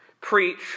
Preach